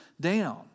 down